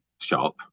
shop